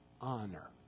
honor